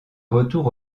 retour